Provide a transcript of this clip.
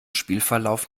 spielverlauf